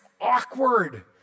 awkward